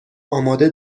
آماده